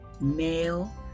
male